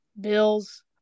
Bills